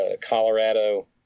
Colorado